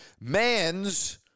mans